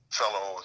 fellow